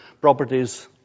properties